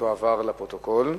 תועבר לפרוטוקול.